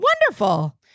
Wonderful